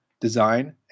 design